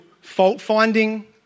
fault-finding